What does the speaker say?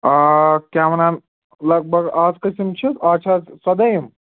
آ کیٛاہ وَنان لگ بگ اَز کٔژِم چھِ اَز چھا ژۄدہٲیِم